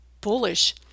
bullish